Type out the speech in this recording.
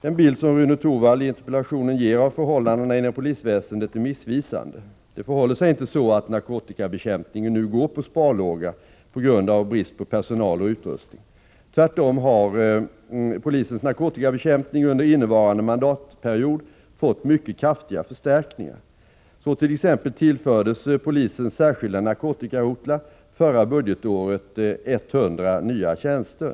Den bild som Rune Torwald i interpellationen ger av förhållandena inom polisväsendet är missvisande. Det förhåller sig inte så att narkotikabekämpningen nu ”går på sparlåga” på grund av brist på personal och utrustning. Tvärtom har polisens narkotikabekämpning under innevarande mandatperiod fått mycket kraftiga förstärkningar. Så t.ex. tillfördes polisens särskilda narkotikarotlar förra budgetåret 100 nya tjänster.